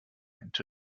into